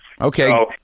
Okay